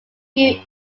few